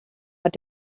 hat